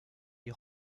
die